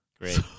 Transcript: Great